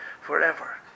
forever